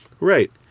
Right